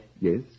Yes